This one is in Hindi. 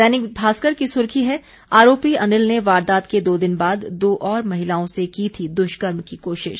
दैनिक भास्कर की सुर्खी है आरोपी अनिल ने वारदात के दो दिन बाद दो और महिलाओं से की थी दुष्कर्म की कोशिश